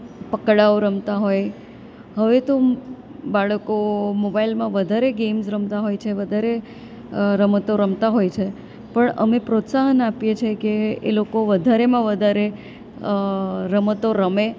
પકડાવ રમતા હોય હવે તો બાળકો મોબાઇલમાં વધારે ગેમ્સ રમતા હોય છે વધારે રમતો વધારે રમત હોય છે પણ અમે પ્રોત્સાહન આપીએ છે કે એ લોકો વધારેમાં વધારે રમતો રમે